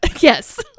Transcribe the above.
Yes